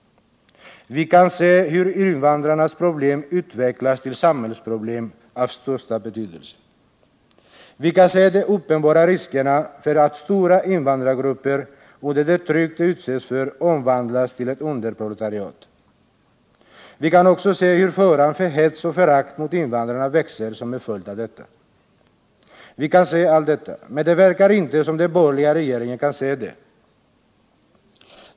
Vi kan se hur invandrarnas problem utvecklas till samhällsproblem av största betydelse. Vi kan se de uppenbara riskerna för att stora invandrargrupper under det tryck som de utsätts för omvandlas till ett underproletariat. Vi kan också se hur faran för hets och förakt mot invandrare växer som en följd härav. Vi kan se allt detta. Men det verkar inte som om den borgerliga regeringen kan se det.